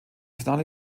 finale